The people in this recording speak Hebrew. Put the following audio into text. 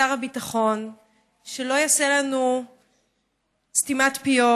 לשר הביטחון שלא יעשה לנו סתימת פיות,